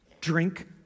drink